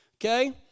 Okay